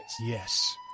Yes